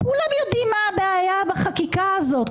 כולם יודעים מה הבעיה בחקיקה הזאת,